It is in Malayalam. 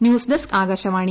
news desk Akashvani